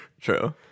true